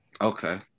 Okay